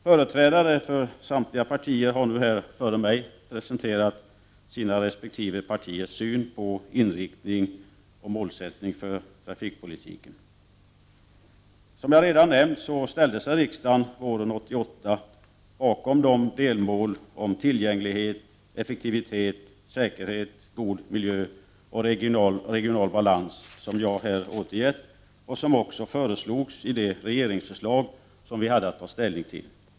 Företrädare för samtliga partier har nu här före mig presenterat sina resp. partiers syn på inriktning och målsättning för trafikpolitiken. Som jag redan nämnt ställde sig riksdagen våren 1988 bakom de delmål som tillgänglighet, effektivitet, säkerhet, god miljö och regional balans som jag här återgett och som också föreslogs i det regeringsförslag som vi hade att ta ställning till.